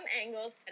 angles